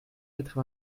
quatre